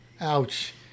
Ouch